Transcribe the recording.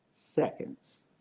seconds